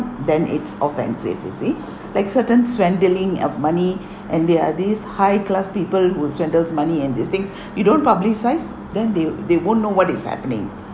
then it's offensive you see like certain swindling of money and there are these high class people who swindles money and these things you don't publicise then they they won't know what is happening